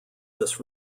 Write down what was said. this